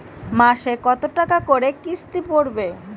মাসে কত টাকা করে কিস্তি পড়বে?